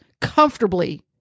comfortably